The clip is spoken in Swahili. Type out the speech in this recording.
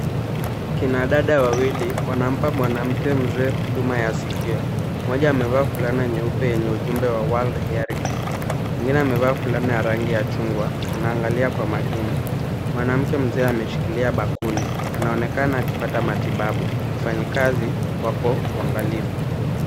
Kina dada wawili wanampa mwanamke mzee huduma ya sikio. Mmoja amevaa fulana nyeupe yenye ujumbe wa World Hearing Day .Mwingine amevaa fulana ya rangi ya chungwa anaangalia kwa makini. Mwanamke mzee ameshikilia bakuli. Anaonekana akipata matibabu. Wafanyikazi wako waangalifu.